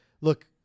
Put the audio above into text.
look